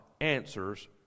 answers